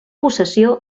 possessió